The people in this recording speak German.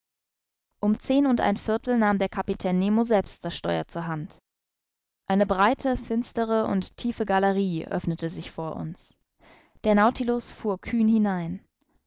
um zehn und ein viertel nahm der kapitän nemo selbst das steuer zur hand eine breite finstere und tiefe galerie öffnete sich vor uns der nautilus fuhr kühn hinein